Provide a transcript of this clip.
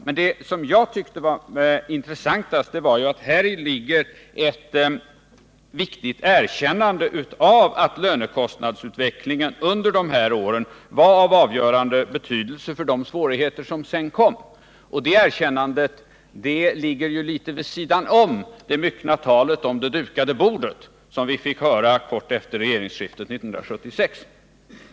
Men det jag tyckte var mest intressant var att häri ligger ett viktigt erkännande av att lönekostnadsutvecklingen under de här åren var av avgörande betydelse för de svårigheter som sedan kom. Det erkännandet ligger litet vid sidan om det myckna talet om det dukade bordet, som vi fick höra om kort efter regeringsskiftet 1976.